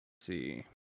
see